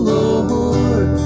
Lord